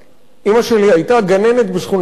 אמא שלי היתה גננת בשכונת-התקווה,